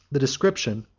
the description,